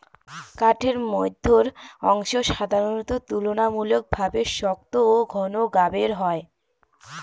কাঠের মইধ্যের অংশ সাধারণত তুলনামূলকভাবে শক্ত ও ঘন গাবের হয়